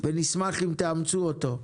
ונשמח אם תאמצו אותו.